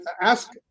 ask